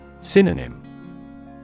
Synonym